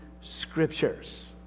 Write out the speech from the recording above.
scriptures